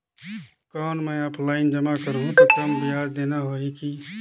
कौन मैं ऑफलाइन जमा करहूं तो कम ब्याज देना होही की?